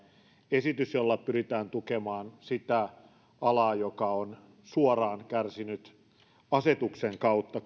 esitys jolla pyritään tukemaan sitä alaa joka on suoraan kärsinyt asetuksen kautta